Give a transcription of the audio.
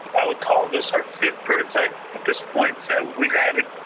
i would call the surf is pretty tight at this point so we've got it,